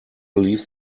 believe